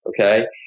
okay